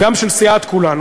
גם של סיעת כולנו,